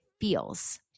feels